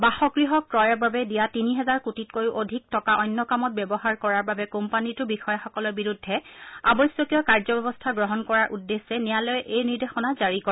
বাসগৃহ ক্ৰয়ৰ বাবে দিয়া তিনি হাজাৰ কোটিতকৈ অধিক টকা অন্য কামত ব্যৱহাৰ কৰাৰ বাবে কোম্পানীটোৰ বিষয়াসকলৰ বিৰুদ্ধে আৱশ্যকীয় কাৰ্যব্যৱস্থা গ্ৰহণ কৰাৰ উদ্দেশ্যে ন্যায়ালয়ে এই নিৰ্দেশনা জাৰি কৰে